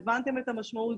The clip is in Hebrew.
הבנתם את המשמעות,